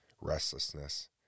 restlessness